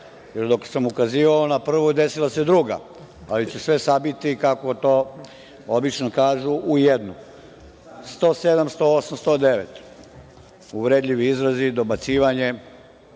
jer dok sam ukazivao na prvu, desila se druga, ali ću sve sabiti, kako to obično kažu, u jednu. Čl. 107, 108, 109. – uvredljivi izrazi, dobacivanje,